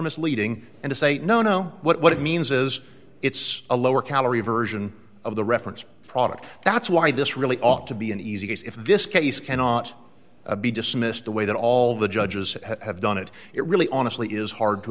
misleading and it's a no no what it means is it's a lower calorie version of the reference product that's why this really ought to be an easy case if this case cannot be dismissed the way that all the judges have done it it really honestly is hard to